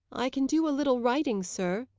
i can do a little writing, sir,